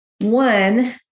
one